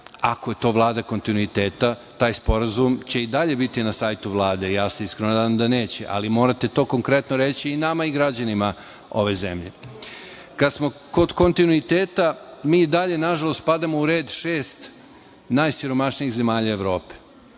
je to Vlada kontinuiteta, taj sporazum će i dalje biti na sajtu Vlade. Ja se iskreno nadam da neće, ali morate to konkretno reći i nama i građanima ove zemlje. Kada smo kod kontinuiteta, mi i dalje, nažalost, spadamo u red šest najsiromašnijih zemalja Evrope.